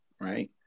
right